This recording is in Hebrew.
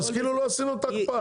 זה כאילו לא עשינו את ההקפאה,